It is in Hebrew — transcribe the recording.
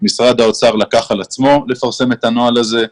משרד האוצר לקח על עצמו לפרסם את הנוהל הזה,